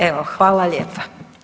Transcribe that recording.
Evo hvala lijepa.